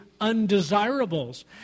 undesirables